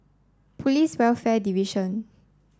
Police Welfare Division